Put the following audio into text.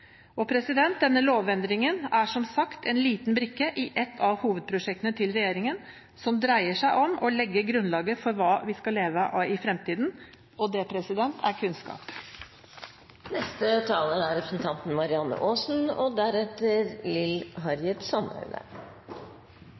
og forskning. Denne lovendringen er som sagt en liten brikke i et av hovedprosjektene til regjeringen, som dreier om å legge grunnlaget for hva vi skal leve av i fremtiden. Og det er